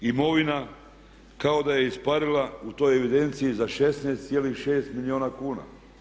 Imovina kao da je isparila u toj evidenciji za 16,6 milijuna kuna.